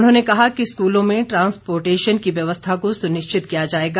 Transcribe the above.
उन्होंने कहा कि स्कूलों में ट्रांसपोटेशन की व्यवस्था को सुनिश्चित किया जाएगा